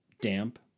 damp